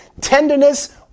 tenderness